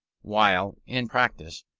while, in practice,